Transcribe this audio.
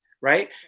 right